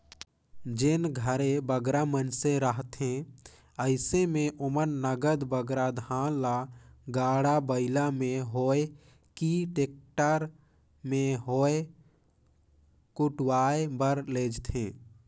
जेन घरे बगरा मइनसे रहथें अइसे में ओमन नगद बगरा धान ल गाड़ा बइला में होए कि टेक्टर में होए कुटवाए बर लेइजथें